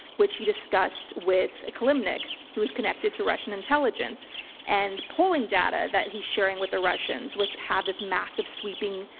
which he discussed with kilimnik who was connected to russian intelligence and polling data that he's sharing with the russians, which have this massive sweeping,